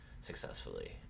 successfully